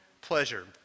pleasure